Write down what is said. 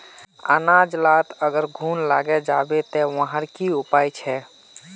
अनाज लात अगर घुन लागे जाबे ते वहार की उपाय छे?